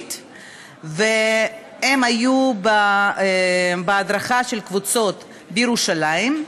הרוסית והם היו בהדרכה של קבוצות בירושלים,